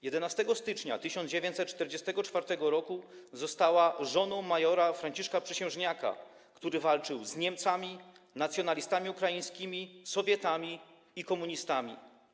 11 stycznia 1944 r. została żoną mjr. Franciszka Przysiężniaka, który walczył z Niemcami, nacjonalistami ukraińskimi, Sowietami i komunistami.